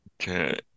Okay